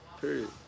period